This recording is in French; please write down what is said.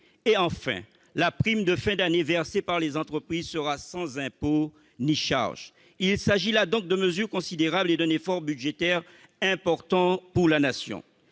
Enfin, la prime de fin d'année versée par les entreprises ne supportera ni impôts ni charges. Il s'agit là de mesures considérables et d'un effort budgétaire important pour la Nation.